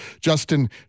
Justin